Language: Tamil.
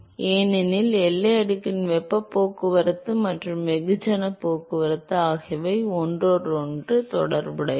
ஏனெனில் எல்லை அடுக்கின் வெப்பப் போக்குவரத்து மற்றும் வெகுஜன போக்குவரத்து ஆகியவை ஒன்றோடொன்று தொடர்புடையவை